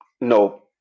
No